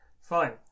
fine